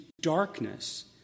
darkness